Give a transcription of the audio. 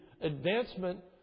advancement